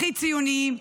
הכי ציונים,